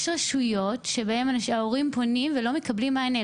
רשויות שבהן ההורים פונים ולא מקבלים מענה,